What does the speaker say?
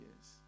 yes